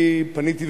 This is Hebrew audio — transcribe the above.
אני פניתי,